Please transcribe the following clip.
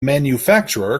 manufacturer